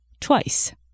twice